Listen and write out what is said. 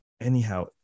Anyhow